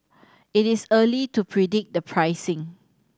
it is early to predict the pricing